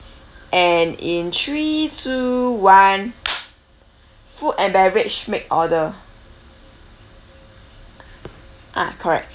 and in three two one food and beverage make order ah correct